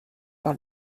par